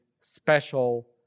special